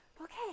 Okay